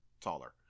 taller